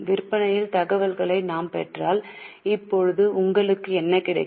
விற்பனையின் தகவல்களையும் நாம் பெற்றால் இப்போது உங்களுக்கு என்ன கிடைக்கும்